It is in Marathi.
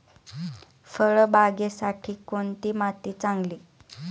फळबागेसाठी कोणती माती चांगली?